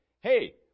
hey